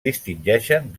distingeixen